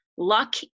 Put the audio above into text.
Luck